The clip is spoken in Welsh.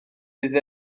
bydd